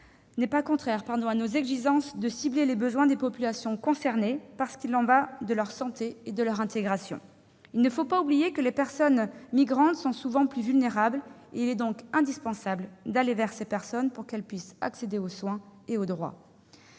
n'est pas contraire à notre exigence de cibler les besoins des populations concernées, parce qu'il en va de leur santé et de leur intégration. Il ne faut pas oublier que les personnes migrantes sont souvent plus vulnérables : il est donc indispensable d'aller vers elles pour qu'elles puissent accéder aux soins et aux droits.